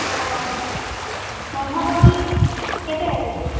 ଅହ ବନ୍ଧାକୋବି କେତେ ରେଟ୍ ଅଛି